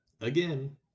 again